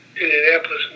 Indianapolis